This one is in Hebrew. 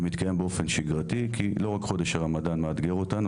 זה מתקיים באופן שגרתי כי לא רק חודש הרמדאן מאתגר אותנו.